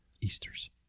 easters